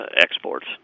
exports